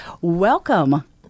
Welcome